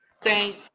Thank